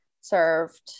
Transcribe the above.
served